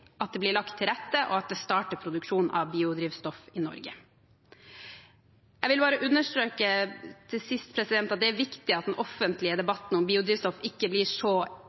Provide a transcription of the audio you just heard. at det blir lagt til rette, og at det startes produksjon av biodrivstoff i Norge. Jeg vil til sist understreke at det er viktig at den offentlige debatten om biodrivstoff ikke blir så